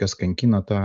kas kankina tą